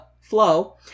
flow